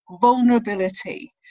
vulnerability